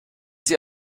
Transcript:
sie